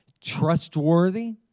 trustworthy